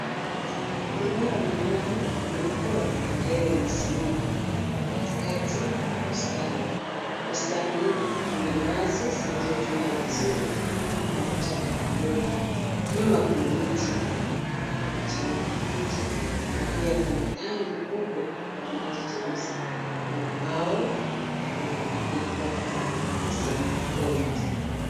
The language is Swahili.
Mnara mrefu, mweupe, wa bendera, umesimama katikati ya bustani. Bustani hio ina nyasi zilizochongwa vizuri na vichaka vidogo. Nyuma kuna mti ya kijani kibichi, na pia kuna tanki kubwa la maji jeusi, na ubao ulioandikwa fire assembly point .